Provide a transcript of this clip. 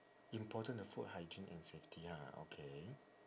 important the food hygiene and safety ah okay